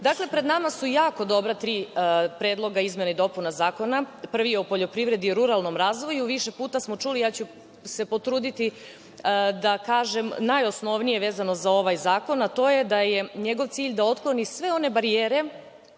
vrati. Dakle, pred nama su jako dobra tri predloga izmena i dopuna zakona. Prvi je o poljoprivredi i ruralnom razvoju. Više puta smo čuli, ja ću se potruditi da kažem najosnovnije vezano za ovaj zakon, a to je da je njegov cilj da otkloni sve one barijere